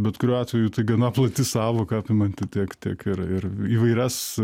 bet kuriuo atveju tai gana plati sąvoka apimanti tiek tiek ir ir įvairias